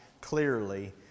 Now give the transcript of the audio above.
clearly